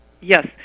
Yes